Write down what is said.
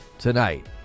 Tonight